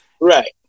Right